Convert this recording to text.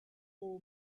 coal